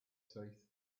teeth